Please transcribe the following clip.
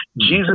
Jesus